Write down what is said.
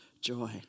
joy